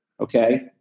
Okay